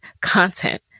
content